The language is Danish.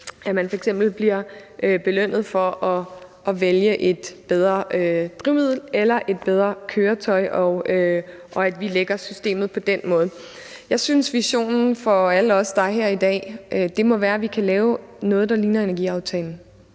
at man f.eks. bliver belønnet for at vælge et bedre drivmiddel eller et bedre køretøj, så vi indretter systemet på den måde. Jeg synes, visionen for alle os, der er her i dag, må være, at vi kan lave noget, der ligner energiaftalen,